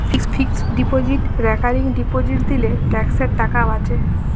fixed deposit recurring deposit দিলে ট্যাক্সের টাকা বাঁচে